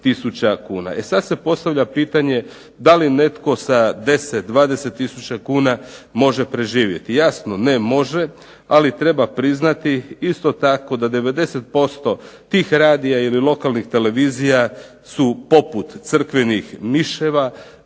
E sad se postavlja pitanje da li netko sa 10, 20000 kuna može preživjeti. Jasno ne može, ali treba priznati isto tako da 90% tih radija ili lokalnih televizija su poput crkvenih miševa